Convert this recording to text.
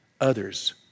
others